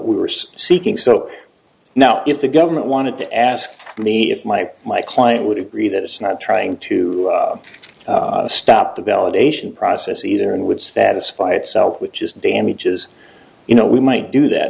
we were seeking so now if the government wanted to ask me if my my client would agree that it's not trying to stop the validation process either and would satisfy itself which is damages you know we might do